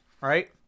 right